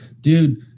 Dude